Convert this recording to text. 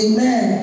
Amen